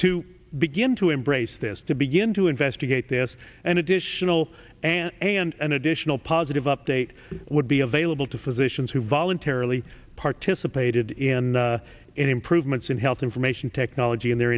to begin to embrace this to begin to investigate this and additional an a and an additional positive update would be available to physicians who voluntarily participated in any improvements in health information technology and their